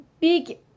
big